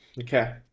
Okay